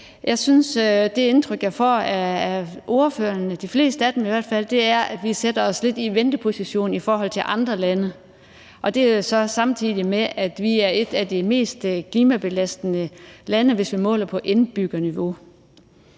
Jeg synes, at det indtryk, jeg får fra ordførererne – i hvert fald fra de fleste af dem – er, at vi sætter os lidt i venteposition i forhold til andre lande, og det sker så, samtidig med at vi er et af de mest klimabelastende lande, hvis vi måler på indbyggerniveau.